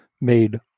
made